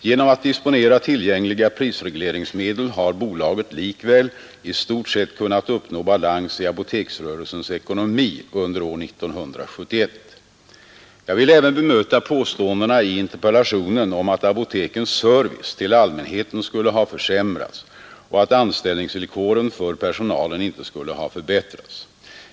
Genom att disponera tillgängliga prisregleringsmedel har bolaget likväl i stort sett kunnat uppnå balans i apoteksrörelsens ekonomi under år 1971. Jag vill även bemöta påståendena i interpellationen om att apotekens service till allmänheten skulle ha försämrats och att anställningsvillkoren för personalen inte skulle ha förbättrats.